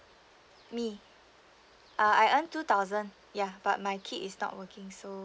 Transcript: me uh I earn two thousand ya but my kid is not working so